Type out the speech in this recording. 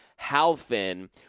Halfin